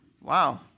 Wow